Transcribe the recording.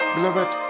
Beloved